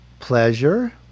pleasure